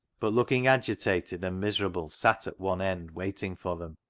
but looking agitated and miserable, sat at one end waiting for them.